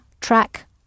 track